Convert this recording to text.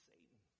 Satan